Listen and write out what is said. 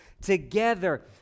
together